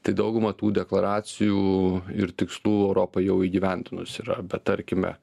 tai dauguma tų deklaracijų ir tikslų europa jau įgyvendinus yra bet tarkime